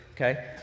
okay